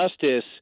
justice